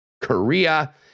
Korea